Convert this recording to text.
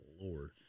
Lord